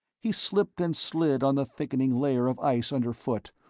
he slipped and slid on the thickening layer of ice underfoot,